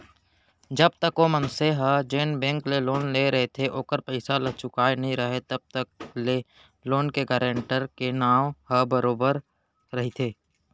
जब तक ओ मनसे ह जेन बेंक ले लोन लेय रहिथे ओखर पइसा ल चुकाय नइ राहय तब तक ले लोन के गारेंटर के नांव ह बरोबर बने रहिथे